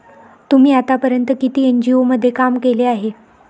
तुम्ही आतापर्यंत किती एन.जी.ओ मध्ये काम केले आहे?